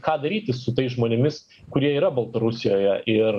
ką daryti su tais žmonėmis kurie yra baltarusijoje ir